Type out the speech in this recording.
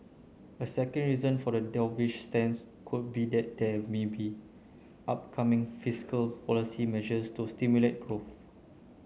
a second reason for the dovish stance could be that there may be upcoming fiscal policy measures to stimulate growth